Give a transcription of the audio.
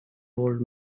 old